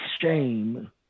shame